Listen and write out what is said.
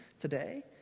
today